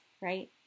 right